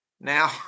Now